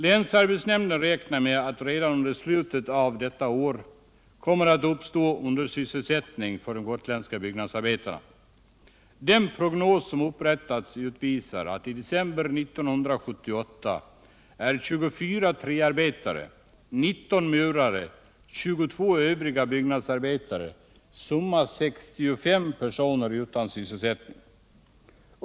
Länsarbetsnämnden räknar med att det redan under slutet av detta år kommer att uppstå undersysselsättning för de gotländska byggnadsarbetarna. Den prognos som upprättats utvisar att i december 1978 är 24 träarbetare, 19 murare och 22 övriga byggnadsarbetare, summa 65 personer, utan sysselsättning.